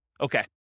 Okay